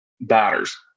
batters